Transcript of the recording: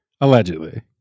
Allegedly